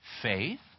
faith